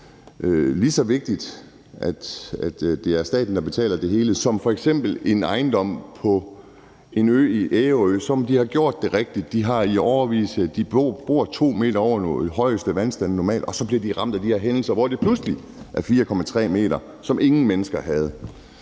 lige så vigtigt, at det er staten, der betaler det hele, som det f.eks. er i forhold til en ejendom på en ø som Ærø, hvor de har gjort det rigtigt. Der bor de 2 m over, hvad den højeste vandstand normalt er, og så bliver de ramt af de her hændelser, hvor vandstanden pludselig er 4,3 m, hvilket ingen mennesker havde